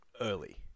early